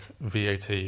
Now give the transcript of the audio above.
VAT